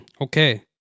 Okay